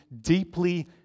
deeply